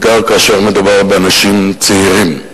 בעיקר כשמדובר באנשים צעירים.